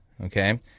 Okay